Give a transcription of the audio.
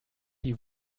die